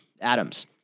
Adams